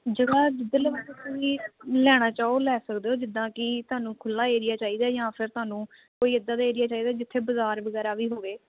ਜਿਹੜਾ ਜਿਧਰਲੇ ਪਾਸੇ ਤੁਸੀਂ ਲੈਣਾ ਚਾਹੋ ਲੈ ਸਕਦੇ ਹੋ ਜਿੱਦਾਂ ਕਿ ਤੁਹਾਨੂੰ ਖੁੱਲਾ ਏਰੀਆ ਚਾਹੀਦਾ ਜਾਂ ਫਿਰ ਤੁਹਾਨੂੰ ਕੋਈ ਇਦਾਂ ਦਾ ਏਰੀਆ ਚਾਹੀਦਾ ਜਿੱਥੇ ਬਾਜ਼ਾਰ ਵਗੈੈਰਾ ਵੀ ਹੋਵੇ